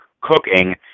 cooking